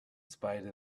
spite